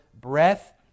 breath